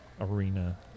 arena